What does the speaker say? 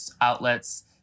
outlets